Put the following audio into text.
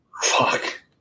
Fuck